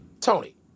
Tony